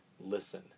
listen